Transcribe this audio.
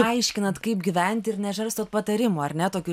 paaiškinat kaip gyvent ir nežarstot patarimų ar ne tokių